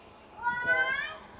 ya